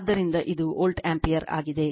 ಆದ್ದರಿಂದ ಇದು volt ampere ಆಗಿದೆ